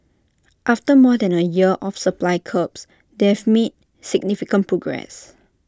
after more than A year of supply curbs they've made significant progress